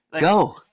Go